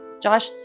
Josh